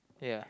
ya